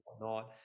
whatnot